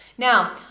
Now